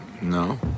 no